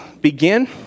begin